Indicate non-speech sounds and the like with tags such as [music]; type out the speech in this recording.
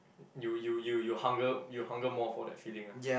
you you you you hunger you hunger more for that feeling ah [noise]